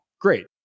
Great